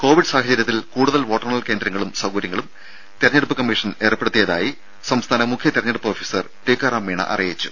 Covid സാഹചര്യത്തിൽ കൂടുതൽ വോട്ടെണ്ണൽ കേന്ദ്രങ്ങളും സൌകര്യങ്ങളും തെരഞ്ഞെടുപ്പ് കമ്മീഷൻ ഏർപ്പെടുത്തിയതായി സംസ്ഥാന മുഖ്യതെരഞ്ഞെടുപ്പ് ഓഫീസർ ടീക്കാറാം മീണ അറിയിച്ചു